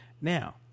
now